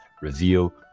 Reveal